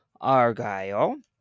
Argyle